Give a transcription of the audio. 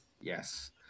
Yes